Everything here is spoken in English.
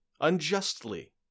Unjustly